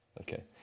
Okay